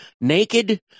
naked